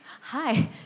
hi